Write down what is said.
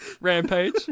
Rampage